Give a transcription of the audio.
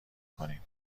کنیم